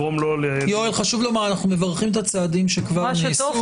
יואל, אנחנו מברכים על הצעדים שכבר נעשו.